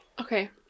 okay